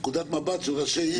מנקודת מבט של ראשי ערים.